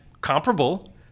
comparable